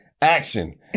action